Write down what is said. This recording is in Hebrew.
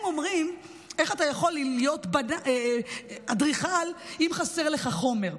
הם אומרים: איך אתה יכול להיות אדריכל אם חסר לך חומר?